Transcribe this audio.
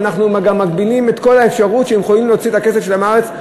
ואנחנו מגבילים את כל האפשרות שלהם להוציא את הכסף שלהם מהארץ,